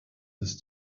ist